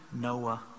Noah